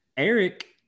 Eric